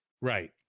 Right